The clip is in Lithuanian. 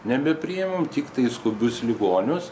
nebepriemam tiktai skubius ligonius